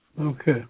Okay